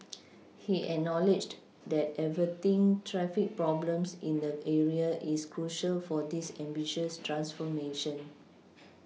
he acknowledged that averting traffic problems in the area is crucial for this ambitious transformation